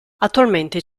attualmente